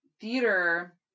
theater